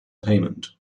payment